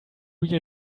you